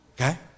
Okay